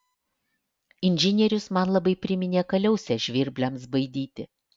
inžinierius man labai priminė kaliausę žvirbliams baidyti